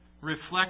reflect